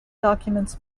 documents